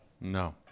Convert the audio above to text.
no